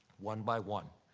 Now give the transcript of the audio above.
one by one.